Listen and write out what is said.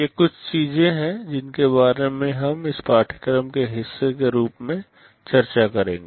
ये कुछ चीजें हैं जिनके बारे में हम इस पाठ्यक्रम के हिस्से के रूप में चर्चा करेंगे